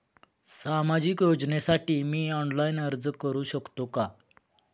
सामाजिक योजनेसाठी मी ऑनलाइन अर्ज करू शकतो का?